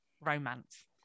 romance